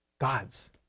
God's